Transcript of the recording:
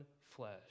flesh